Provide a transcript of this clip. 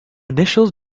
initial